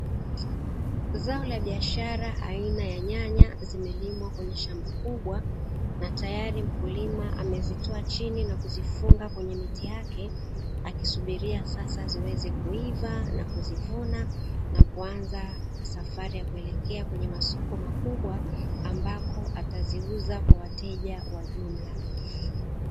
Zao la biashara aina ya nyanya zimelimwa kwenye shamba kubwa, na tayari mkulima amezitoa chini na kuzifunga kwenye miti yake, akisubiria sasa ziweze kuiva na kuzivuna, na kuanza safari ya kuelekea kwenye masoko makubwa, ambako ataziuza kwa wateja wa jumla.